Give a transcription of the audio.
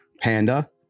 panda